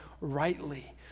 rightly